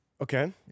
Okay